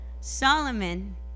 Solomon